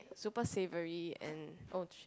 super savory and oh